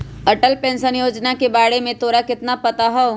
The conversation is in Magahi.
अटल पेंशन योजना के बारे में तोरा कितना पता हाउ?